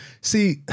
See